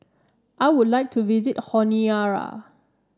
I would like to visit Honiara